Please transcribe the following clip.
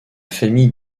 famille